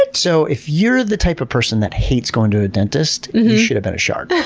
but so if you're the type of person that hates going to a dentist, you should've been a shark. yeah